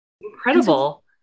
Incredible